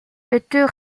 était